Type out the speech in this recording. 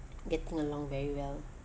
getting along very well